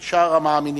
ואצל שאר המאמינים.